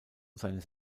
seines